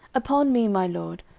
upon me, my lord,